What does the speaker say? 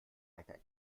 einer